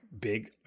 big